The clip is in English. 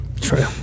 true